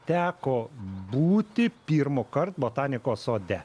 teko būti pirmąkart botanikos sode